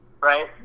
right